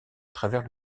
travers